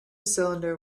cylinder